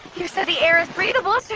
you said the air is breathable, so